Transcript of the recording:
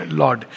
lord